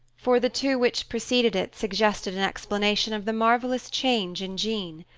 for the two which preceded it suggested an explanation of the marvelous change in jean.